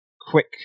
quick